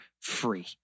free